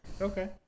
Okay